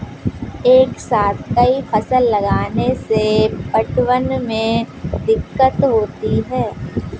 एक साथ कई फसल लगाने से पटवन में दिक्कत होती है